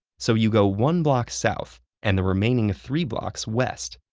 so you go one block south, and the remaining three blocks west,